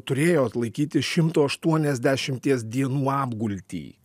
turėjo atlaikyti šimto aštuoniasdešimies dienų apgultį